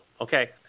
Okay